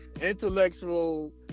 intellectual